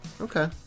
Okay